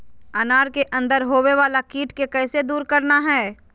अनार के अंदर होवे वाला कीट के कैसे दूर करना है?